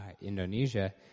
Indonesia